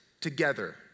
together